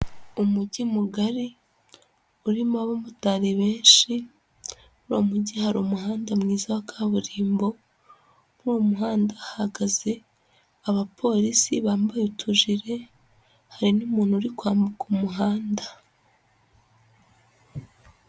Umujyi mugari urimo abamotari benshi, uwo mujyi hari umuhanda mwiza wa kaburimbo, muri uwo muhanda hahagaze abapolisi bambaye utujire, hari n'umuntu uri kwambuka umuhanda.